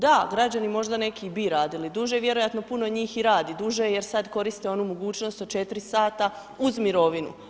Da građani možda neki i bi radili duže i vjerojatno puno njih i radi duže, jer sada koriste onu mogućnost od 4 sata uz mirovinu.